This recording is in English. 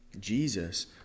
Jesus